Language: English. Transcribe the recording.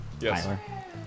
yes